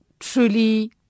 truly